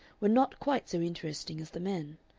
were not quite so interesting as the men.